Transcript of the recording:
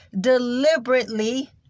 deliberately